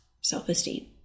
self-esteem